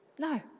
No